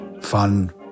fun